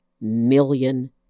million